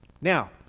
Now